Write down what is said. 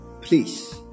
Please